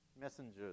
messengers